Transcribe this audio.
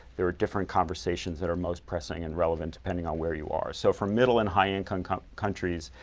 there are different conversations that are most pressing and relevant, depending on where you are. so for middle and high income countries,